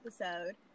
episode